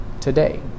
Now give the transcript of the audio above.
today